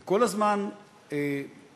היא כל הזמן מתארגנת